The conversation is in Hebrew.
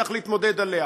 שנצטרך להתמודד אתה: